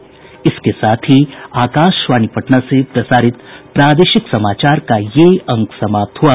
इसके साथ ही आकाशवाणी पटना से प्रसारित प्रादेशिक समाचार का ये अंक समाप्त हुआ